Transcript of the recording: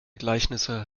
gleichnisse